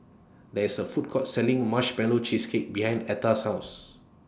There IS A Food Court Selling Marshmallow Cheesecake behind Etta's House